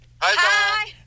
Hi